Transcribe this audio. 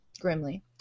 grimly